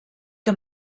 que